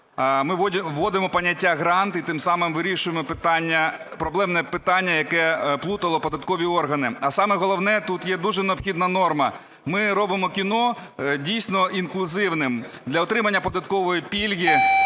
Ми вводимо поняття "грант" і тим самим вирішуємо питання, проблемне питання, яке плутало податкові органи. А саме головне, тут є дуже необхідна норма, ми робимо кіно дійсно інклюзивним: для отримання податкової пільги